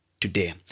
Today